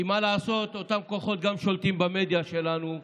כי מה לעשות, אותם כוחות גם שולטים במדיה שלנו,